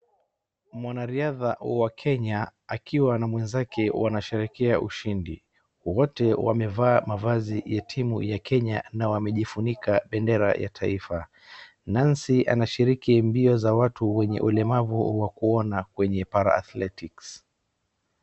Mwanariadha wa Kenya akiwa na mwenzake wanashrehekea ushindi. Wote wamevaa mavazi ya timu Kenya na wamejifunika bendera ya taifa. Nancy anashiriki mbio za watu wenye ulemavu wakuona kwenye Para-athletics .